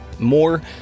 more